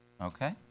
Okay